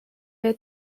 бай